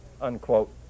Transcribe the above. unquote